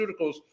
pharmaceuticals